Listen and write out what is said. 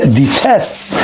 detests